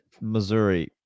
Missouri